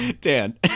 Dan